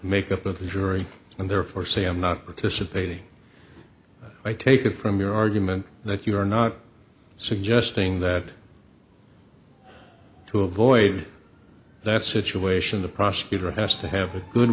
makeup of the jury and therefore say i'm not participating i take it from your argument that you are not suggesting that to avoid that situation the prosecutor has to have a good